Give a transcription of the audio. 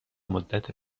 مدت